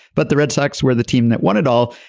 but the red sox were the team that won it all.